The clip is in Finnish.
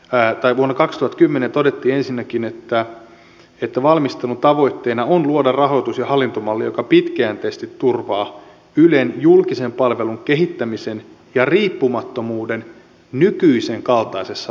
päätaipunut paksut kymmenet odotti ensinnäkin että valmistelun tavoitteena on luoda rahoitus ja hallintomalli joka pitkäjänteisesti turvaa ylen julkisen palvelun kehittämisen ja riippumattomuuden nykyisen kaltaisessa laajuudessa